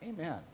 Amen